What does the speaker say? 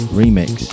remix